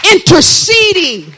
Interceding